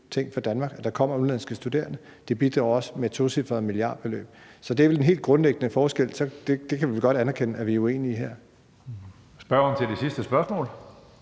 ting for Danmark, at der kommer udenlandske studerende. Det bidrager også med et tocifret milliardbeløb. Så det er vel den helt grundlæggende forskel, og der kan vi vel godt anerkende, at vi er uenige. Kl. 14:55 Tredje næstformand